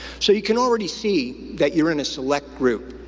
so, you can already see that you're in a select group.